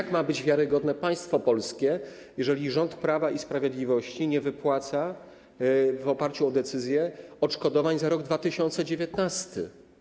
Jak ma być wiarygodne państwo polskie, jeżeli rząd Prawa i Sprawiedliwości nie wypłaca, w oparciu o decyzje, odszkodowań za rok 2019?